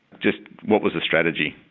just what was the strategy,